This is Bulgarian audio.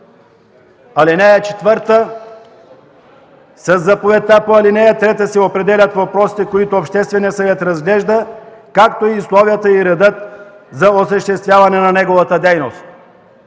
(4) Със заповедта по ал. 3 се определят въпросите, които Общественият съвет разглежда, както и условията и реда за осъществяване на неговата дейност.”